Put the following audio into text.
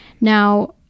Now